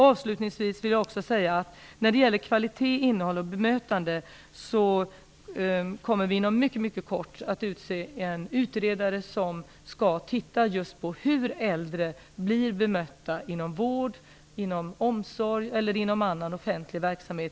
Avslutningsvis vill jag, när det gäller kvalitet, omsorg och bemötande, säga att vi inom mycket kort kommer att utse en utredare som skall titta på hur de äldre blir bemötta inom vård, omsorg och annan offentlig verksamhet.